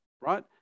right